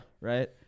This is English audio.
Right